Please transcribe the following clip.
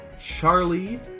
Charlie